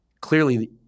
Clearly